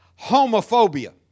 Homophobia